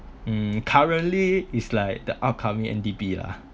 hmm currently is like the upcoming N_D_P lah